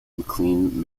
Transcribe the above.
mclean